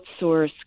outsource